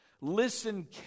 Listen